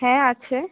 হ্যাঁ আছে